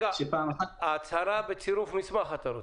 אתה רוצה הצהרה בצירוף מסמך.